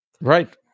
right